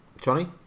Johnny